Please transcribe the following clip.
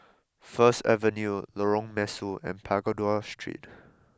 First Avenue Lorong Mesu and Pagoda Street